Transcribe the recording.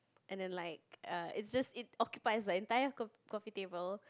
and then like err it just it occupy the entire co~ coffee table